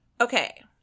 Okay